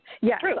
Yes